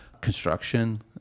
construction